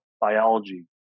biology